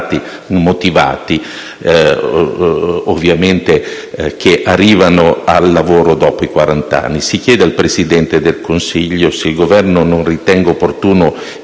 Si chiede al Presidente del Consiglio se il Governo non ritenga opportuno